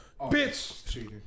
Bitch